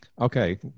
Okay